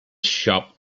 shop